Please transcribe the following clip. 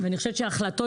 וההחלטות